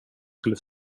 skulle